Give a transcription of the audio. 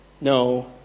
no